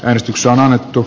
äänestyksen alettu